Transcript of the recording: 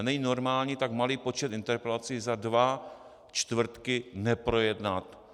Není normální tak malý počet interpelací za dva čtvrtky neprojednat.